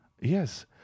yes